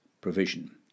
provision